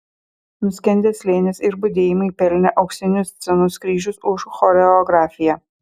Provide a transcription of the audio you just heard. nuskendęs slėnis ir budėjimai pelnė auksinius scenos kryžius už choreografiją